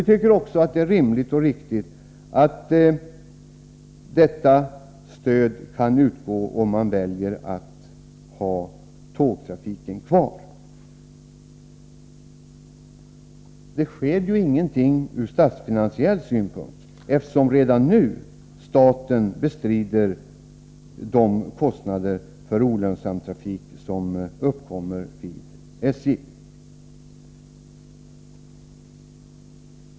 Vi tycker också att det är rimligt och riktigt att detta stöd kan utgå om man väljer att ha tågtrafiken kvar. Det sker ju ingenting ur statsfinansiell synpunkt, eftersom staten redan nu bestrider de kostnader för olönsam trafik som uppkommer vid SJ.